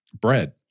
bread